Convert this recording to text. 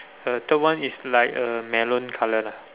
the third one is like a melon colour lah